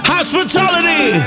Hospitality